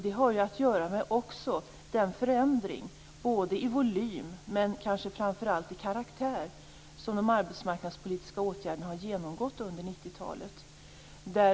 Det har också att göra med den förändring i volym, och kanske framför allt i karaktär, som de arbetsmarknadspolitiska åtgärderna har genomgått under 90-talet.